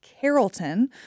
Carrollton